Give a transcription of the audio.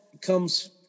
comes